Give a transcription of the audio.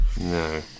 No